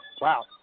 Wow